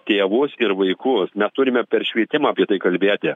tėvus ir vaikus mes turime per švietimą apie tai kalbėti